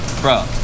bro